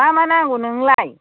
मा मा नांगौ नोंनोलाय